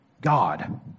God